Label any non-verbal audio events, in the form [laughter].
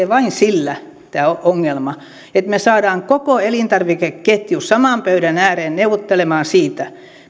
[unintelligible] vain sillä että me saamme koko elintarvikeketjun saman pöydän ääreen neuvottelemaan siitä